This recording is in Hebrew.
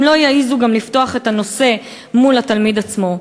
הם לא יעזו גם לפתוח את הנושא מול התלמיד עצמו.